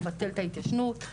לבטל את ההתיישנות,